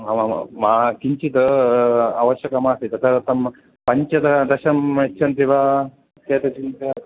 मा मा मा मा किञ्चिद् अवश्यकं मास्ति तदर्थं पञ्चदशं यच्छन्ति वा यत् चिन्तनं